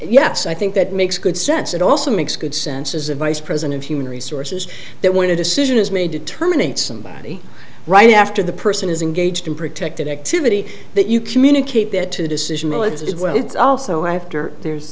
yes i think that makes good sense it also makes good sense as a vice president of human resources that when a decision is made to terminate somebody right after the person is engaged in protected activity that you communicate that to decision it's also after there's